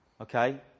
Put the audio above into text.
okay